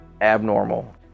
abnormal